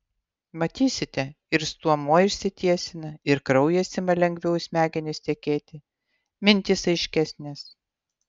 matysite ir stuomuo išsitiesina ir kraujas ima lengviau į smegenis tekėti mintys aiškesnės